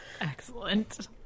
Excellent